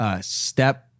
step